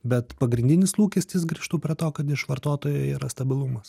bet pagrindinis lūkestis grįžtu prie to kad iš vartotojų yra stabilumas